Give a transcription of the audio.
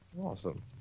Awesome